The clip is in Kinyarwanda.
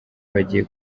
bagiye